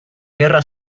guerra